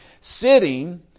sitting